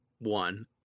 one